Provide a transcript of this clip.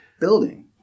building